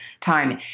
time